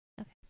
Okay